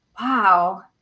wow